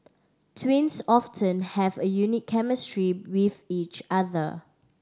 twins often have a unique chemistry with each other